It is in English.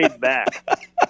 back